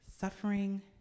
suffering